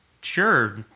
sure